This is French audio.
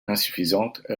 insuffisante